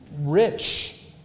rich